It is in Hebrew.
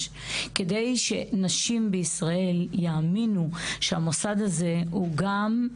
כדי שנשים בישראל יאמינו שהמוסד הזה הוא גם,